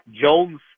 Jones